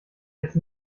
jetzt